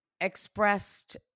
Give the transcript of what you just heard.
expressed